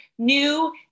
New